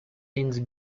since